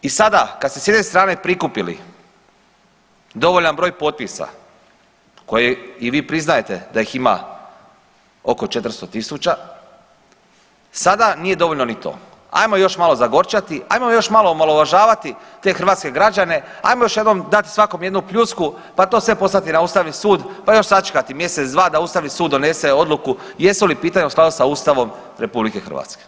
I sada kad ste s jedne strane prikupili dovoljan broj potpisa koje i vi priznajete da ih ima oko 400 tisuća sada nije dovoljno ni to, ajmo još malo zagorčati, ajmo još malo omalovažavati te hrvatske građane, ajmo još jednom dati svakom jednu pljusku, pa to sve poslati na ustavni sud, pa još sačekati mjesec dva da ustavni sud donese odluku jesu li pitanja u skladu sa Ustavom RH.